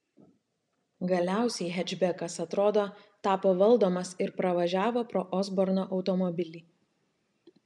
galiausiai hečbekas atrodo tapo valdomas ir pravažiavo pro osborno automobilį